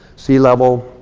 sea level,